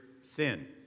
sin